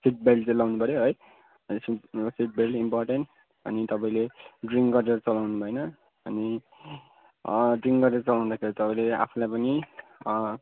seat belt चाहिँ लगाउनु पऱ्यो है सिट बेल्ट इम्पोर्टेन्ट अनि तपाईँले ड्रिङ्क गरेर चलाउनु भएन अनि ड्रिङ्क गरेर चलाउँदाखेरि तपाईँले आफूलाई पनि